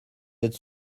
êtes